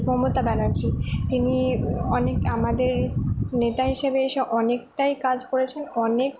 মমতা ব্যানার্জি তিনি অনেক আমাদের নেতা হিসেবে এসে অনেকটাই কাজ করেছেন অনেক